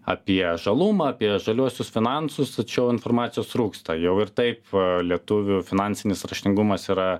apie žalumą apie žaliuosius finansus tačiau informacijos trūksta jau ir taip lietuvių finansinis raštingumas yra